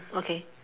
okay